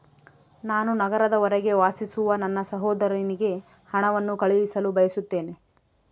ನಾನು ನಗರದ ಹೊರಗೆ ವಾಸಿಸುವ ನನ್ನ ಸಹೋದರನಿಗೆ ಹಣವನ್ನು ಕಳುಹಿಸಲು ಬಯಸುತ್ತೇನೆ